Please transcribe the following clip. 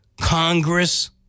Congress